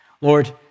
Lord